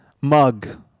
mug